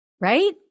Right